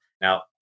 Now